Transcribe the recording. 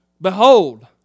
Behold